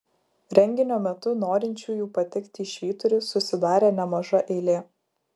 renginio metu norinčiųjų patekti į švyturį susidarė nemaža eilė